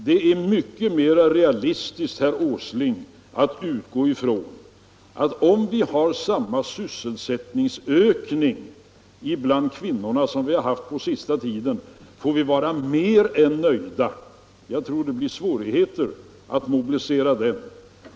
Det är mycket mera realistiskt, herr Åsling, att säga sig att vi får vara mer än nöjda om vi i fortsättningen får samma sysselsättningsökning bland kvinnorna som vi haft den senaste tiden. Jag tror det blir svårigheter att mobilisera dem.